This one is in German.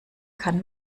kann